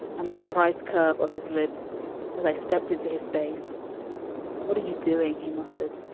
and the surprise curve of his lips as i stepped into his base what are you doing? he muttered.